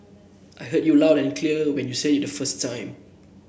I heard you loud and clear when you said it the first time